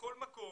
בכל מקום.